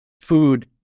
food